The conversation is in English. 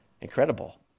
Incredible